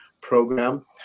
program